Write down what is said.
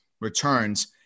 returns